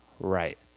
Right